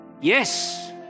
yes